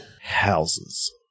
houses